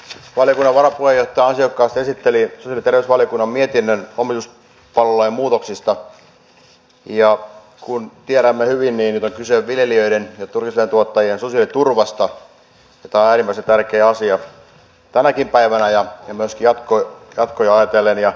valiokunnan varapuheenjohtaja ansiokkaasti esitteli sosiaali ja terveysvaliokunnan mietinnön lomituspalvelulain muutoksista ja kuten tiedämme hyvin niin nyt on kyse viljelijöiden ja turkiseläintuottajien sosiaaliturvasta ja tämä on äärimmäisen tärkeä asia tänäkin päivänä ja myöskin jatkoa ajatellen